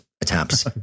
attempts